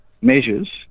measures